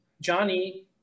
Johnny